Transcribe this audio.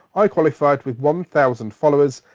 i qualified with one thousand followers,